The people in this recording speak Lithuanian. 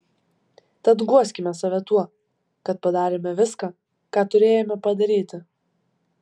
tad guoskime save tuo kad padarėme viską ką turėjome padaryti